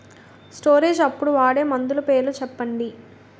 Storage అప్పుడు వాడే మందులు పేర్లు చెప్పండీ?